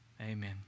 amen